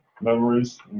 memories